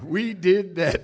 we did that